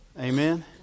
Amen